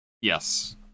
Yes